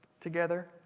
together